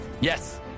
Yes